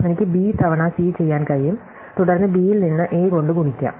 എനിക്ക് ബി തവണ സി ചെയ്യാൻ കഴിയും തുടർന്ന് ബിയിൽ നിന്ന് എ കൊണ്ട് ഗുണിക്കാം